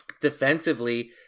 defensively